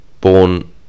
born